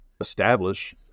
establish